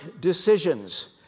decisions